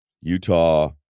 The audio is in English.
Utah